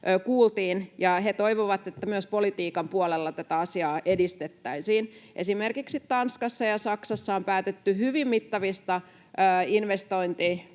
ja he toivovat, että myös politiikan puolella tätä asiaa edistettäisiin. Esimerkiksi Tanskassa ja Saksassa on päätetty hyvin mittavista investointipäätöksistä